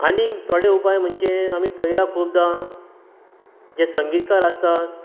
आनीक थोडे उपाय म्हणजे आमी पळयलां खुबदां जे संगीतकार आसतात